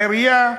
העירייה,